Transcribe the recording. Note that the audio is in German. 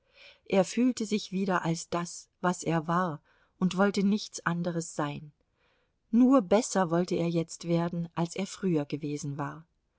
er fühlte sich wieder als das was er war und wollte nichts anderes sein nur besser wollte er jetzt werden als er früher gewesen war